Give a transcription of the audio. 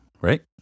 right